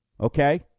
Okay